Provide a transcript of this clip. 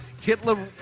Hitler